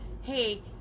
Hey